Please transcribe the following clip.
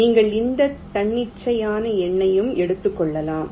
நீங்கள் எந்த தன்னிச்சையான எண்ணையும் எடுத்துக் கொள்ளுங்கள்